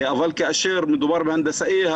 אבל כאשר מדובר בהנדסאי,